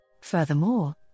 Furthermore